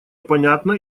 понятно